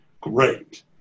great